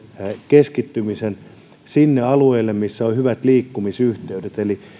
keskittymisen sille alueelle missä on hyvät liikkumisyhteydet eli